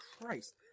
Christ